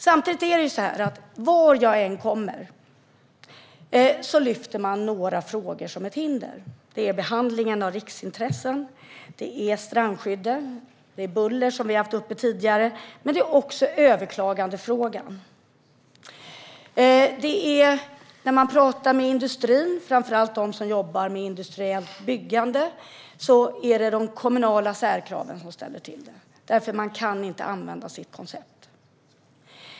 Samtidigt är det så att var jag än kommer lyfter man några frågor som ett hinder. Det är behandlingen av riksintressen, strandskyddet och buller, som vi har haft uppe tidigare här. Men det är också överklagandefrågan. När man talar med industrin, framför allt med dem som jobbar med industriellt byggande, är det de kommunala särkraven som ställer till det. Man kan inte använda sitt koncept.